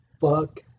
Fuck